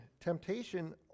temptation